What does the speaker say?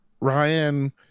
Ryan